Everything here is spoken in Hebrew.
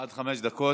עד חמש דקות.